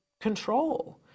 control